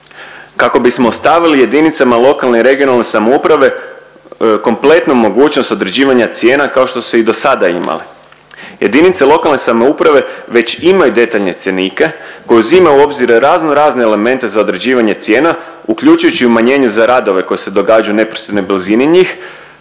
kako bismo ostavili jedinicama lokalne i regionalne samouprave kompletnu mogućnost određivanja cijena kao što su i do sada imale. Jedinice lokalne samouprave već imaju detaljne cjenike koji uzimaju u obzire razno razne elemente za određivanje cijena uključujući i umanjenje za radove koji se događaju u neposrednoj blizini njih,